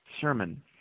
sermon